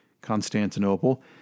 Constantinople